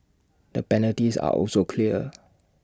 the penalties are also clear